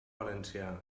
valencià